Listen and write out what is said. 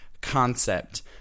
concept